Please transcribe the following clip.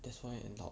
that's why end up